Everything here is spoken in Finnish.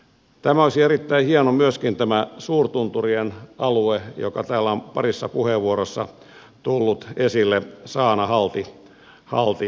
olisi erittäin hieno myöskin tämä suurtunturien alue joka täällä on parissa puheenvuorossa tullut esille saanahalti alue